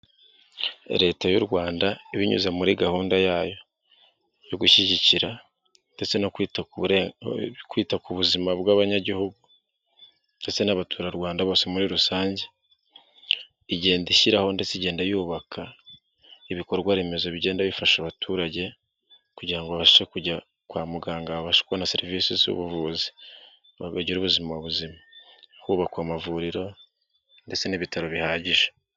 Leta y'u Rwanda binyuze muri gahunda yayo yo gushyigikira ndetse no kwita kwita ku buzima bw'abanyagihugu, ndetse n'abaturarwanda bose muri rusange igenda ishyiraho ndetse igenda yubaka ibikorwa remezo, bigenda bifasha abaturage kugirango babashe kujya kwa muganga babashe kubona serivisi z'ubuvuzibegira ubuzima buzima hubakwa amavuriro ndetse n'ibitaro bihagije.